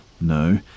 No